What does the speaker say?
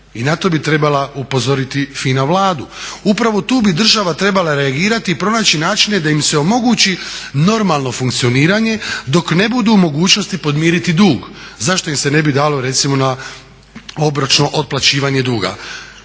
i na to bi trebala upozoriti FINA Vladu. Upravo tu bi država trebala reagirati i pronaći načine da im se omogući normalno funkcioniranje dok ne budu u mogućnosti podmiriti dug. Zašto im se ne bi dalo recimo na obročno otplaćivanje duga